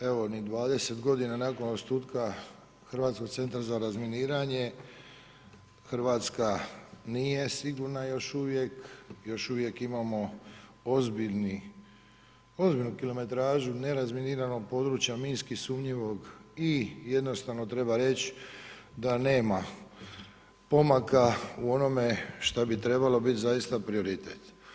Evo, 20 g. nakon osnutka hrvatskog centra za razminiranje, Hrvatska nije sigurna još uvijek još uvijek imamo ozbiljnu kilometražu nerazminiranog područja, minski sumnjivog i jednostavno treba reći da nema pomaka u onome što bi trebalo biti zaista prioritet.